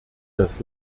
das